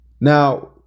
Now